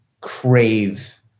crave